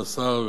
כבוד השר,